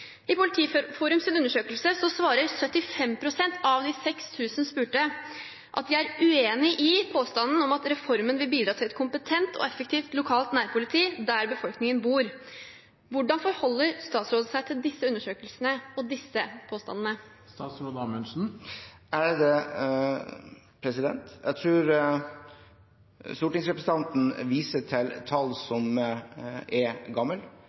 I Politiforums undersøkelse svarer 75 pst. av de 6 000 spurte at de er uenig i påstanden om at reformen vil bidra til et kompetent og effektivt lokalt nærpoliti der befolkningen bor. Hvordan forholder statsråden seg til disse undersøkelsene og disse påstandene? Jeg tror stortingsrepresentanten viser til tall som er